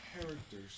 characters